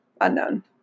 unknown